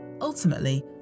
Ultimately